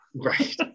right